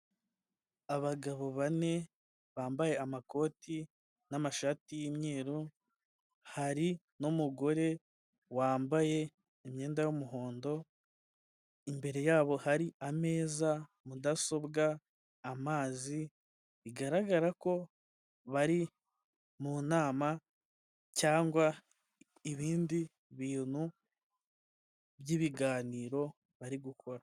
Abagabo bane bambaye amakoti n'amashati y'imyeru, hari n'umugore wambaye imyenda y'umuhondo imbere yabo hari ameza, mudasobwa, amazi bigaragara ko bari mu nama cyangwa ibindi bintu by'ibiganiro bari gukora.